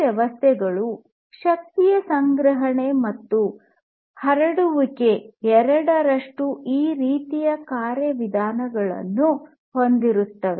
ಈ ವ್ಯವಸ್ಥೆಗಳು ಶಕ್ತಿ ಸಂಗ್ರಹಣೆ ಮತ್ತು ಹರಡುವಿಕೆ ಎರಡಕ್ಕೂ ಒಂದು ರೀತಿಯ ಕಾರ್ಯವಿಧಾನವನ್ನು ಹೊಂದಿರುತ್ತವೆ